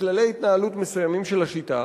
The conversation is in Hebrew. וכללי התנהלות מסוימים של השיטה.